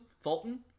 Fulton